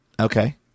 Okay